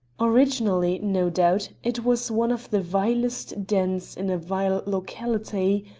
originally, no doubt, it was one of the vilest dens in a vile locality,